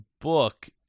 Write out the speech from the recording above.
book